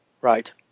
right